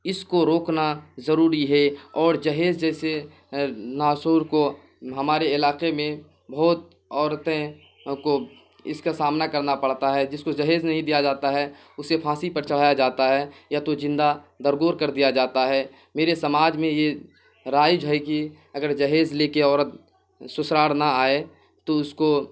اس کو روکنا ضروری ہے اور جہیز جیسے ناسور کو ہمارے علاقے میں بہت عورتیں کو اس کا سامنا کرنا پڑتا ہے جس کو جہیز نہیں دیا جاتا ہے اسے پھانسی پر چڑھایا جاتا ہے یا تو زندہ در گور کر دیا جاتا ہے میرے سماج میں یہ رائج ہے کہ اگر جہیز لے کے عورت سسرال نہ آئے تو اس کو